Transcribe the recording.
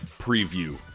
preview